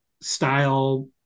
style